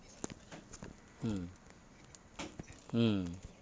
mm mm